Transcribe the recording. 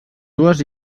dues